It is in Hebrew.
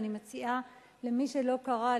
אני מציעה למי שלא קרא,